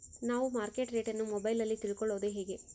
ನಾವು market rate ಅನ್ನು ಮೊಬೈಲಲ್ಲಿ ತಿಳ್ಕಳೋದು ಹೇಗೆ?